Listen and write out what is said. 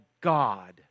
God